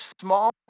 small